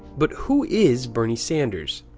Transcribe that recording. but, who is bernie sanders?